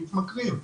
מתמכרים.